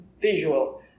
visual